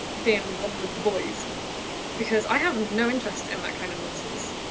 being one with the boys because i have no interest in that kind of nonsense.